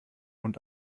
und